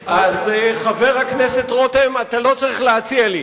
חבר הכנסת רותם, אתה לא צריך להציע לי.